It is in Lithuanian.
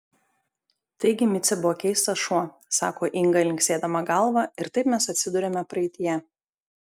taigi micė buvo keistas šuo sako inga linksėdama galva ir taip mes atsiduriame praeityje